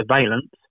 surveillance